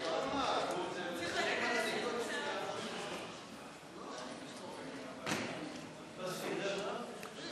של קבוצת סיעת הרשימה המשותפת לסעיף 1 לא נתקבלה.